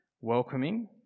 welcoming